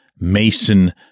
Mason